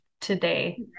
today